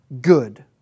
good